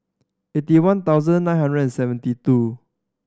eighty one thousand nine hundred and seventy two